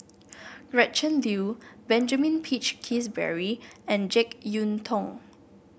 Gretchen Liu Benjamin Peach Keasberry and JeK Yeun Thong